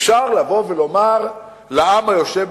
אפשר לבוא ולומר לעם היושב בציון: